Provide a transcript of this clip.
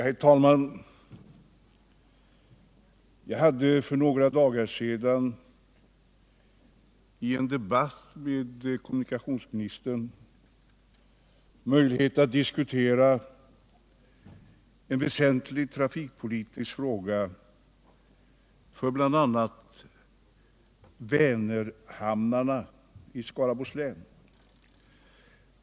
Herr talman! Jag hade för några dagar sedan i en debatt med kommunikationsministern möjlighet att diskutera en för bl.a. Vänerkommunerna i Skaraborgs län väsentlig trafikpolitisk fråga.